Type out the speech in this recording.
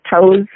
toes